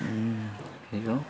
hello